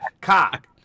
Cock